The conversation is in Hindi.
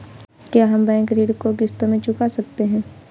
क्या हम बैंक ऋण को किश्तों में चुका सकते हैं?